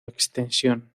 extensión